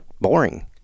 boring